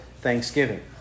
thanksgiving